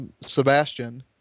Sebastian